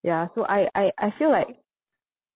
ya so I I I feel like